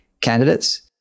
candidates